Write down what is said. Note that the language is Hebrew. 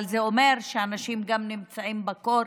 אבל זה אומר שאנשים נמצאים בקור,